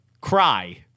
cry